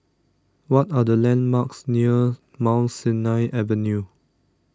what are the landmarks near Mount Sinai Avenue